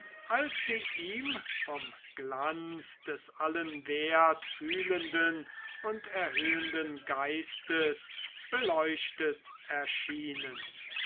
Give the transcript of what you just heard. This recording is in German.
als sie ihm vom glanz des allen wert fühlenden und erhöhenden geistes beleuchtet erschienen